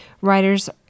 Writers